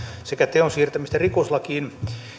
sekä teon siirtämistä rikoslakiin